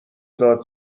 داد